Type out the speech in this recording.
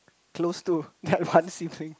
close to that one sibling